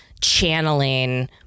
channeling